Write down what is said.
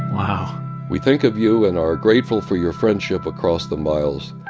wow we think of you and are grateful for your friendship across the miles.